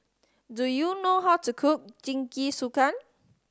do you know how to cook Jingisukan